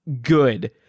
good